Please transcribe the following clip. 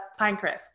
Pinecrest